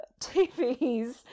TVs